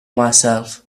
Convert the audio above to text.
myself